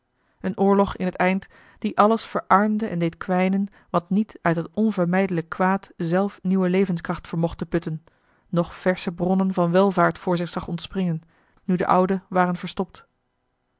een oorlog in het eind die alles verarmde en deed kwijnen wat niet uit dat onvermijdelijk kwaad zelf nieuwe levenskracht vermocht te putten noch versche bronnen van welvaart voor zich zag ontspringen nu de oude waren verstopt